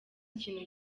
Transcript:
ikintu